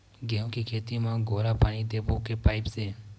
गेहूं के खेती म घोला पानी देबो के पाइप से?